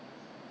thirty percent